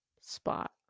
spot